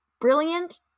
brilliant